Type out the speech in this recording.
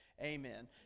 Amen